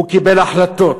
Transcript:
הוא קיבל החלטות.